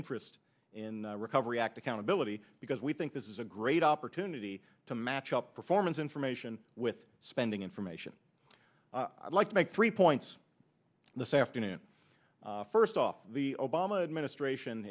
interest in recovery act accountability because we think this is a great opportunity to match up performance information with spending information i'd like to make three points the same afternoon first off the obama administration